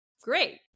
great